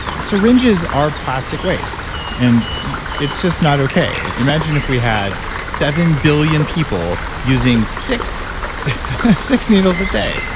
syringes are plastic waste and it's just not okay. imagine if we had seven billion people using six six needles a day,